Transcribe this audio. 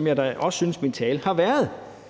hvad jeg også synes min tale har været.